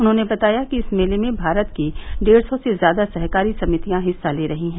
उन्होंने बताया कि इस मेले में भारत की डेढ़ सौ से ज्यादा सहकारी समितियां हिस्सा ले रही हैं